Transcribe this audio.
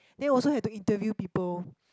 they also have to interview people